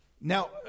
Now